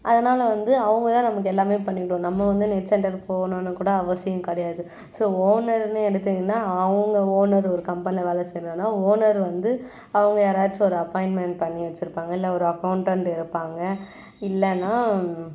அதனால வந்து அவங்க தான் நமக்கு எல்லாமே பண்ணி கொடுக்கணும் நம்ம வந்து நெட் சென்டர் போகணும்னு கூட அவசியம் கிடையாது ஸோ ஓனர்னு எடுத்திங்கனால் அவங்க ஓனர் ஒரு கம்பெனியில் வேலை செய்யணுன்னா ஓனர் வந்து அவங்க யாராச்சும் ஒரு அப்பாயிண்ட்மெண்ட் பண்ணி வச்சுருப்பாங்க இல்லை ஒரு அக்கௌண்ட்டண்ட் இருப்பாங்க இல்லைன்னா